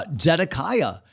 Zedekiah